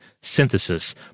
synthesis